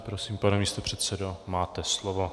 Prosím, pane místopředsedo, máte slovo.